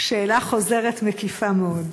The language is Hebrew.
שאלה חוזרת מקיפה מאוד.